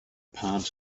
palms